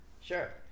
Sure